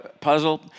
puzzle